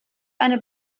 eine